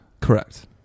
Correct